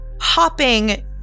hopping